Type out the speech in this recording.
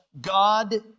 God